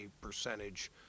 percentage